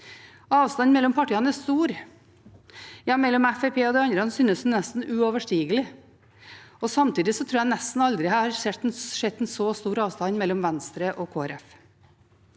Avstanden mellom partiene er stor. Ja, mellom Fremskrittspartiet og de andre synes den nesten uoverstigelig. Samtidig tror jeg nesten aldri jeg har sett en så stor avstand mellom Venstre og